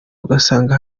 ugasanga